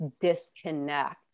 disconnect